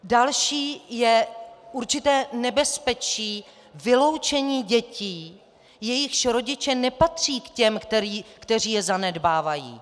Další je určité nebezpečí vyloučení dětí, jejichž rodiče nepatří k těm, kteří je zanedbávají.